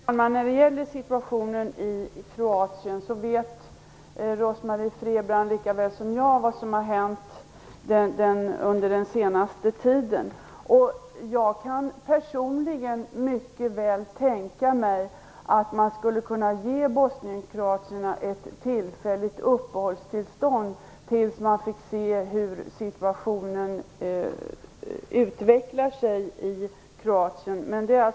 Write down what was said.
Fru talman! När det gäller situationen i Kroatien vet Rose-Marie Frebran lika väl som jag vad som har hänt under den senaste tiden. Jag kan personligen mycket väl tänka mig att man skulle kunna ge bosnienkroaterna ett tillfälligt uppehållstillstånd, tills man fick se hur situationen i Kroatien utvecklar sig.